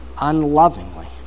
unlovingly